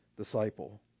disciple